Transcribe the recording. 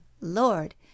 Lord